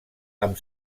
amb